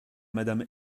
madame